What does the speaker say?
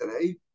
today